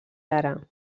ara